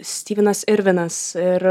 styvinas irvinas ir